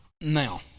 Now